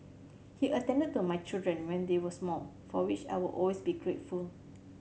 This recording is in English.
he attended to my children when they were small for which I will always be grateful